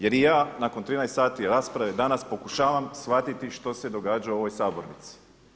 Jer i ja nakon 13 sati rasprave danas pokušavam shvatiti što se događa u ovoj sabornici.